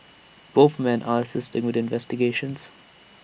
both men are assisting with investigations